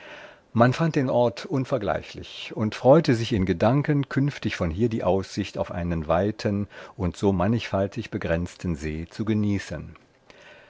man fand den ort unvergleichlich und freute sich in gedanken künftig von hier die aussicht auf einen weiten und so mannigfaltig begrenzten see zu genießen